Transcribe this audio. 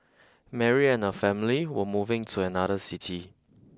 Mary and her family were moving to another city